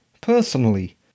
Personally